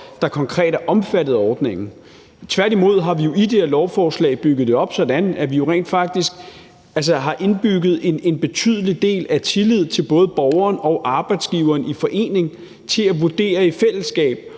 der konkret er omfattet af ordningen. Tværtimod har vi jo i det her lovforslag bygget det op sådan, at vi rent faktisk har indbygget en betydelig del af tillid til både borgeren og arbejdsgiveren i forening til at vurdere i fællesskab,